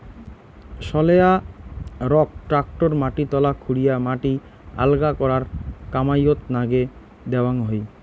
সয়েলারক tractor মাটি তলা খুরিয়া মাটি আলগা করার কামাইয়ত নাগে দ্যাওয়াং হই